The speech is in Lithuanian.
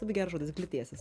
labai geras žodis glitėsis